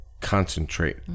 concentrate